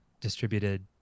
distributed